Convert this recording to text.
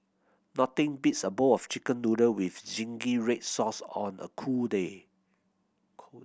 nothing beats a bowl of Chicken Noodle with zingy red sauce on a cool day cool